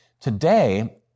Today